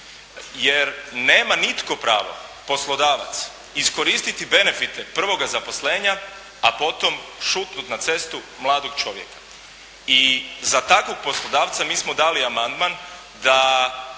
jer nema nitko pravo, poslodavac, iskoristiti benefite prvoga zaposlenja a potom šutnut na cestu mladog čovjeka. I za takvog poslodavca mi smo dali amandman da